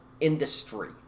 industry